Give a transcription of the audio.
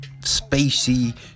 spacey